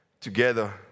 together